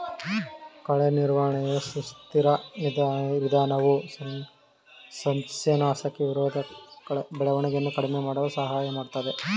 ಕಳೆ ನಿರ್ವಹಣೆಯ ಸುಸ್ಥಿರ ವಿಧಾನವು ಸಸ್ಯನಾಶಕ ನಿರೋಧಕಕಳೆ ಬೆಳವಣಿಗೆಯನ್ನು ಕಡಿಮೆ ಮಾಡಲು ಸಹಾಯ ಮಾಡ್ತದೆ